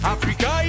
Africa